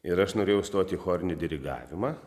ir aš norėjau stot į chorinį dirigavimą